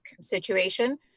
situation